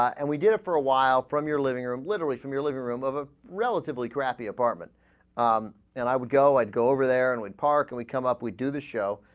and we did for a while from your living room literally from your living room of a relatively crappy apartment and i would go and go over there and part and we come up we do the show